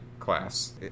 class